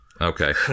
Okay